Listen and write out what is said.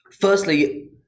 Firstly